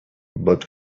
but